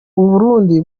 burundi